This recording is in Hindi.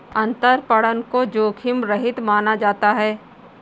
अंतरपणन को जोखिम रहित माना जाता है